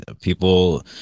people